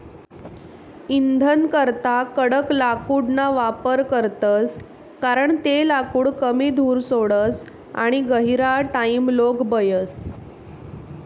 इंधनकरता कडक लाकूडना वापर करतस कारण ते लाकूड कमी धूर सोडस आणि गहिरा टाइमलोग बयस